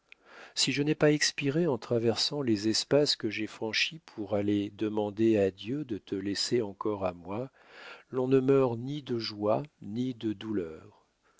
si je n'ai pas expiré en traversant les espaces que j'ai franchis pour aller demander à dieu de te laisser encore à moi l'on ne meurt ni de joie ni de douleur